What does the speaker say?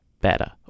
better